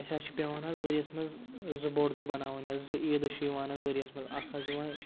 اَسہِ حظ چھِ پٮ۪وان حظ ؤریَس منٛز زٕ بوٚڑ دۄہ بَناوٕنۍ حظ زٕ عیٖدٕ چھِ یِوان حظ ؤرۍ یَس منٛز اَکھ حظ یِوان